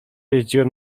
jeździłem